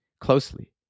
closely